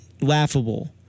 laughable